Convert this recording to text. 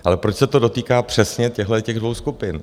Ale proč se to dotýká přesně těchhletěch dvou skupin?